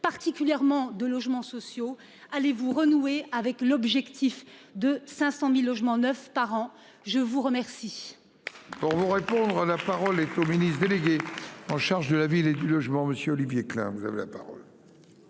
particulièrement de logements sociaux ? Allez-vous renouer avec l'objectif de 500 000 logements neufs par an ? La parole